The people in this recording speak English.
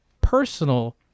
personal